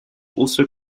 also